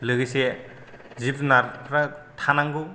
लोगोसे जिब जुनादफोरा थानांगौ